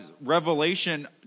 revelation